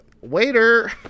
Waiter